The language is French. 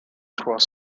trois